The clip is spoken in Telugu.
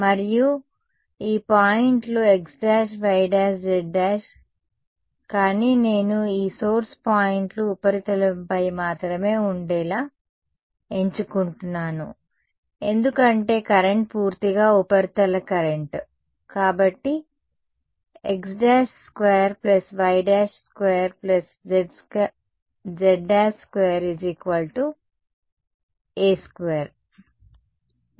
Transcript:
మరియు ఈ పాయింట్లు xyz కానీ నేను ఈ సోర్స్ పాయింట్లు ఉపరితలంపై మాత్రమే ఉండేలా ఎంచుకుంటున్నాను ఎందుకంటే కరెంట్ పూర్తిగా ఉపరితల కరెంట్ కాబట్టి x′2 y′2 z′2 a2